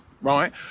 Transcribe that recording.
right